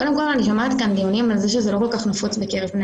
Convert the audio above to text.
קודם כל אני שומעת דיונים על זה שזה לא כל כך נפוץ בקרב בני